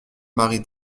marie